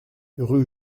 rue